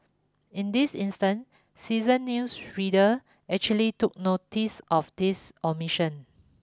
in this instant seasoned news readers actually took notice of this omission